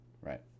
right